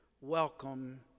welcome